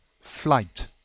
flight